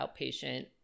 outpatient